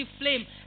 flame